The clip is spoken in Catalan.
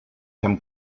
fem